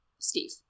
Steve